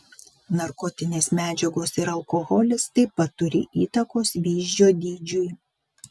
narkotinės medžiagos ir alkoholis taip pat turi įtakos vyzdžio dydžiui